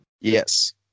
Yes